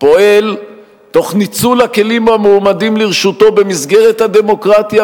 פועל תוך ניצול הכלים המועמדים לרשותו במסגרת הדמוקרטיה,